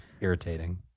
irritating